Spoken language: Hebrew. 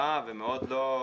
אז זה לא,